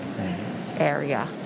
area